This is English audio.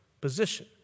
position